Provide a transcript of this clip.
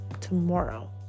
tomorrow